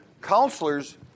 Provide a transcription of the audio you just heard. counselors